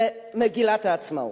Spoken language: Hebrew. זה מגילת העצמאות.